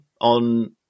on